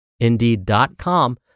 indeed.com